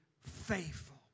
faithful